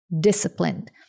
disciplined